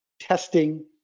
testing